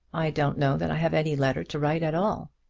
i don't know that i have any letter to write at all.